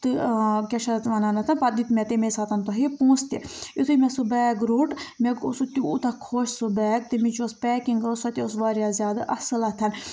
تہٕ آ کیٛاہ چھِ اَتھ وَنان پَتہٕ دیُت مےٚ تَمے ساتن تۄہہِ پۅنٛسہٕ تہِ یُتھُے مےٚ سُہ بیگ روٚٹ مےٚ گوٚو سُہ تیٛوٗتاہ خۄش سُہ بیگ تَمِچ یۄس پیکِنٛگ ٲس سۄ تہِ ٲس واریاہ زیادٕ اَصٕل اَتھ